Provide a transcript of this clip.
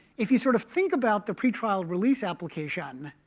if you sort of think about the pretrial release application,